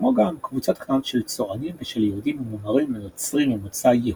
כמו גם קבוצות קטנות של צוענים ושל יהודים מומרים ונוצרים ממוצא יהודי,